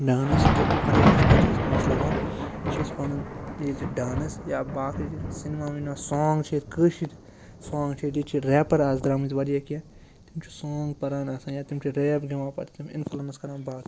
dance تہٕ وارِیاہ اِتھ پٲٹھۍ چھِ أسۍ مَزٕ لَگان یہِ چھِ أسۍ پَنُن ییٚتہِ ڈانٕس یا باقٕے سِنما وِنیما سانٛگ چھِ ییٚتہِ کٲشِر سانٛگ چھِ ییٚتہِ چھِ رٮ۪پَر آز درٛامٕتۍ وارِیاہ کیٚنٛہہ تِم چھِ سانٛگ پَران آسان یا تِم چھِ ریپ گٮ۪وان پَتہٕ تِم چھِ اِنفٕلَنس کَران باقین